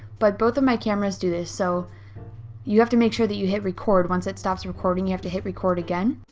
but both of my cameras do this, so you have to make sure that you hit record once it stops recording, you have to hit record again.